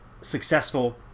successful